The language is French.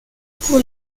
pour